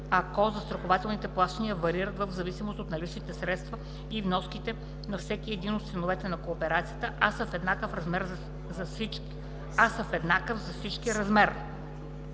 ако застрахователните плащания варират в зависимост от наличните средства и вноските на всеки един от членовете на кооперацията са в еднакъв за всички размер.